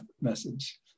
message